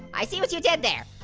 i see what you did there.